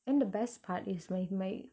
and the best part is when my